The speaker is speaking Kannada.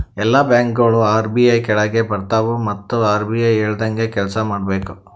ಎಲ್ಲಾ ಬ್ಯಾಂಕ್ಗೋಳು ಆರ್.ಬಿ.ಐ ಕೆಳಾಗೆ ಬರ್ತವ್ ಮತ್ ಆರ್.ಬಿ.ಐ ಹೇಳ್ದಂಗೆ ಕೆಲ್ಸಾ ಮಾಡ್ಬೇಕ್